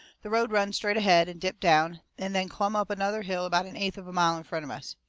the road run straight ahead, and dipped down, and then clumb up another hill about an eighth of a mile in front of us.